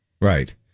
Right